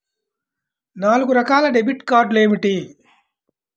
నాలుగు రకాల డెబిట్ కార్డులు ఏమిటి?